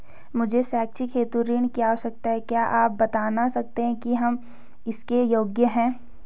मुझे शैक्षिक हेतु ऋण की आवश्यकता है क्या आप बताना सकते हैं कि हम इसके योग्य हैं?